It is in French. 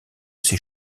ses